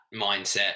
mindset